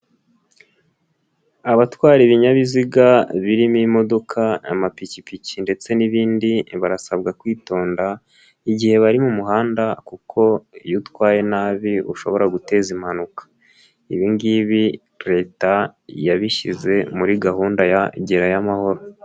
Abatwara ibinyabiziga birimo imodoka, amapikipiki ndetse n'ibindi barasabwa kwitonda igihe bari mu muhanda kuko iyo utwaye nabi ushobora guteza impanuka, ibi ngibi Leta yabishyize muri gahunda ya Gerayo Amahoro.